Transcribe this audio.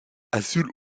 assure